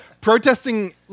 Protesting